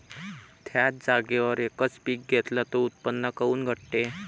थ्याच जागेवर यकच पीक घेतलं त उत्पन्न काऊन घटते?